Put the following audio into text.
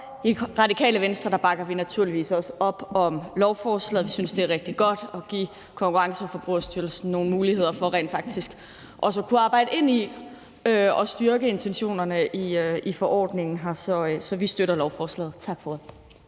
I Radikale Venstre bakker vi naturligvis også op om lovforslaget. Vi synes, det er rigtig godt at give Konkurrence- og Forbrugerstyrelsen nogle muligheder for rent faktisk også at kunne arbejde ind i at styrke intentionerne i forordningen. Så vi støtter lovforslaget. Tak for ordet.